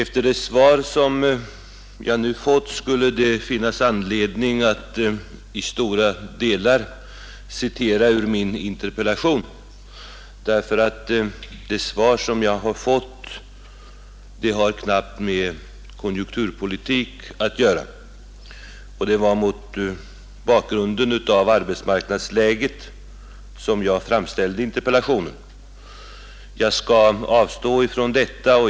Herr talman! Det skulle finnas anledning att citera stora delar av min interpellation. Det svar som jag har fått har nämligen knappt med konjunkturpolitik att göra, och det var mot bakgrunden av arbetsmarknadsläget som jag framställde interpellationen. Jag skall emellertid nu avstå från detta.